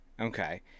Okay